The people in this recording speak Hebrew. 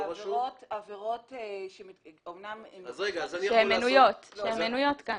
עבירות שמנויות כאן.